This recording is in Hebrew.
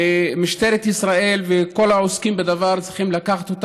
משטרת ישראל וכל העוסקים בדבר צריכים להביא את זה